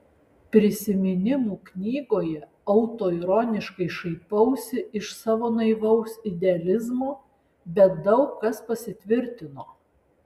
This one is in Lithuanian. prisiminimų knygoje autoironiškai šaipausi iš savo naivaus idealizmo bet daug kas pasitvirtino